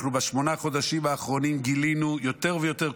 בשמונת החודשים האחרונים גילינו יותר ויותר,